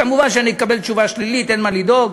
כמובן שאני אקבל תשובה שלילית, אין מה לדאוג.